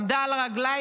עמדה על הרגליים,